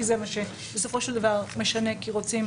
כי זה מה שבסופו של דבר משנה כשרוצים